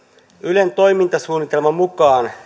ylen toimintasuunnitelman mukaan